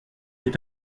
est